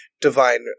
divine